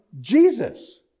Jesus